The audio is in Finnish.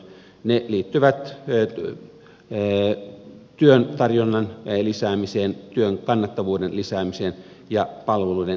ne liittyvät työn tarjonnan lisäämiseen työn kannattavuuden lisäämiseen ja palveluiden tehostamiseen